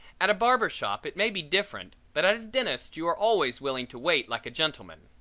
at a barber shop it may be different but at a dentist's you are always willing to wait, like a gentleman.